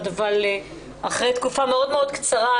אבל אחרי תקופה מאוד מאוד קצרה,